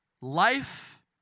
life